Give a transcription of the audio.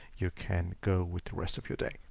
you can go with the rest of your day.